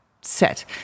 set